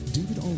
David